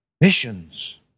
Missions